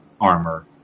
armor